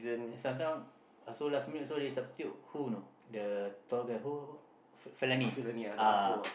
then sometime also last minute they also substitute who you know the tall guy who who Felony uh